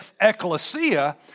ecclesia